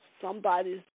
Somebody's